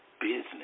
business